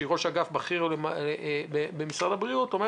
שהיא ראש אגף בכיר במשרד הבריאות אומרת,